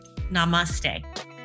Namaste